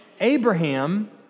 Abraham